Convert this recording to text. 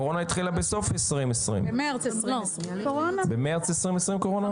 קורונה התחילה בסוף 2020. במרץ 2020. במרץ 2020 קורונה?